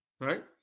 right